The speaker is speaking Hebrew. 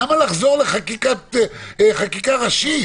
למה לחזור לחקיקה ראשית?